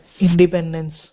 independence